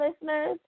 listeners